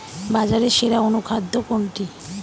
বাজারে সেরা অনুখাদ্য কোনটি?